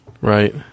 Right